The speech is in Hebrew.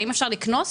האם אפשר לקנוס?